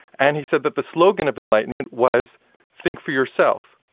and he said that the slogan of enlightenment was think for yourself.